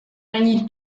není